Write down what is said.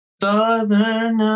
Southern